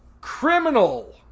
criminal